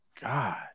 God